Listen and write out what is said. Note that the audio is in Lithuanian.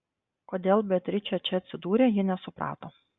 kodėl beatričė čia atsidūrė ji nesuprato